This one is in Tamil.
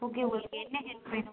ஓகே உங்களுக்கு என்ன ஹெல்ப் வேணும்